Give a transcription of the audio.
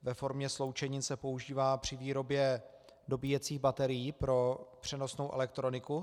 Ve formě sloučenin se používá při výrobě dobíjecích baterií pro přenosnou elektroniku.